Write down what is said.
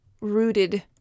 rooted